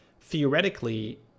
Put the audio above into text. theoretically